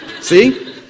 see